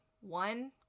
one